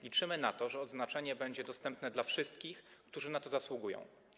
Liczymy na to, że odznaczenie będzie dostępne dla wszystkich, którzy na nie zasługują.